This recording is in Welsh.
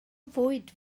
fwyd